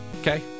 okay